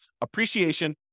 appreciation